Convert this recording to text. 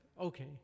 okay